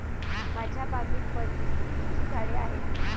माझ्या बागेत बरीच तुतीची झाडे आहेत